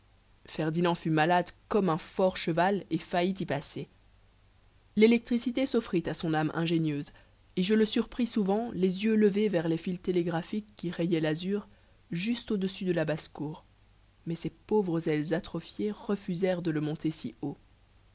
ferdinand fut malade comme un fort cheval et faillit y passer lélectricité soffrit à son âme ingénieuse et je le surpris souvent les yeux levés vers les fils télégraphiques qui rayaient lazur juste au-dessus de la basse-cour mais ses pauvres ailes atrophiées refusèrent de le monter si haut